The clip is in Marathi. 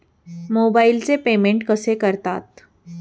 मोबाइलचे पेमेंट कसे करतात?